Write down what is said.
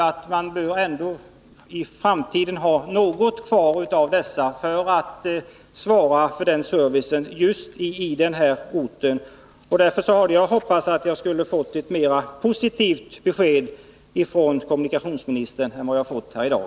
Detta gör att man bör ha något postkontor kvari framtiden som kan svara för servicen på orten. Därför hade jag hoppats att jag skulle ha fått ett mera positivt besked från kommunikationsministern än vad jag har fått här i dag.